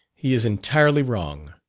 he is entirely wrong.